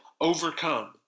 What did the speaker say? overcome